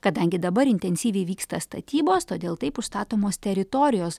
kadangi dabar intensyviai vyksta statybos todėl taip užstatomos teritorijos